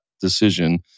decision